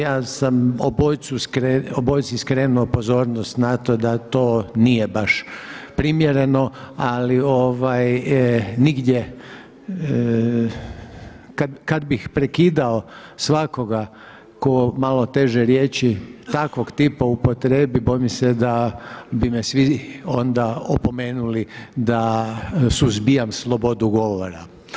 Ja sam obojici skrenuo pozornost na to da to nije baš primjereno, ali nigdje, kad bih prekidao svakoga tko malo teže riječi takvog tipa upotrijebi bojim se da bi me svi onda opomenuli da suzbijam slobodu govora.